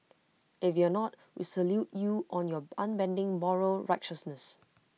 if you're not we salute you on your unbending moral righteousness